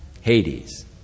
Hades